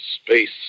space